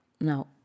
No